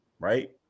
right